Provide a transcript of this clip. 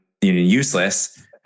useless